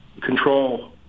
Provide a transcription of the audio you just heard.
Control